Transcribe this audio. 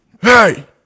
hey